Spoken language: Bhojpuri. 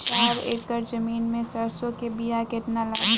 चार एकड़ जमीन में सरसों के बीया कितना लागी?